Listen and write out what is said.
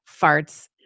farts